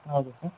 ಹೌದು ಸರ್